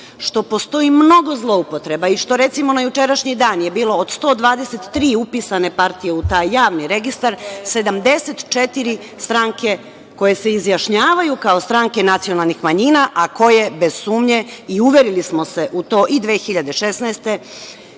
što postoji mnogo zloupotreba i što recimo na jučerašnji dan je bilo od 123 upisane partije u taj javni registar, 74 stranke koje se izjašnjavaju kao stranke nacionalnih manjina, a koje bez sumnje i uverili smo se u to i 2016.